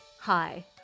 Hi